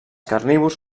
carnívors